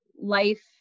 life